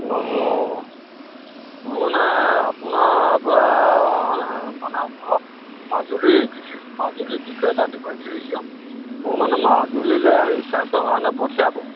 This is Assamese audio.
অঁ মোৰ মানে আপোনাৰ পৰা মানে অলপ মাজুলীৰ বিশেষ মাজুলীৰ বিষয়ে জানিব বিচাৰিছোঁ